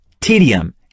tedium